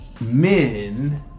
men